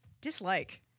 Dislike